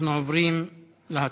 אנחנו עוברים להצבעה.